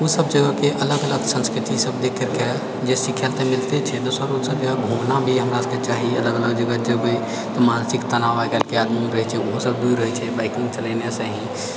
ओ सब जगहके अलग अलग संस्कृति सब देखै के जे सीखै लए मिलते छै दोसर जगह घूमना भी हमरा सबके चाही अलग अलग जगह जेबै तऽ मानसिक तनाव आइकाल्हिके रहै छै ओहो सब दूर हय छै बाइकिंग चलेने से ही